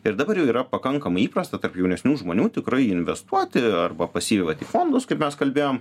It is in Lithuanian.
ir dabar jau yra pakankamai įprasta tarp jaunesnių žmonių tikrai investuoti arba pasiima tik fondus kaip mes kalbėjom